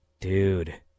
dude